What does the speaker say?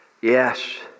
Yes